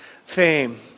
fame